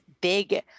big